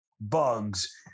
bugs